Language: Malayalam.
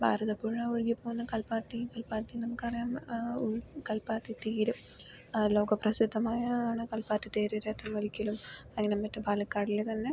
ഭാരതപ്പുഴ ഒഴുകിപ്പോകുന്നത് കല്പാത്തി കല്പാത്തി നമുക്ക് അറിയാവുന്ന ഒഴുകി കൽപ്പാത്തിത്തേര് ലോക പ്രസിദ്ധമായതാണ് കൽപ്പാത്തിത്തേര് രഥം വലിക്കലും അതിന് മറ്റും പാലക്കാടിൽ തന്നെ